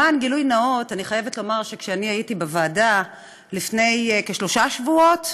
למען גילוי נאות אני חייבת לומר שכשהייתי בוועדה לפני כשלושה שבועות,